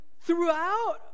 throughout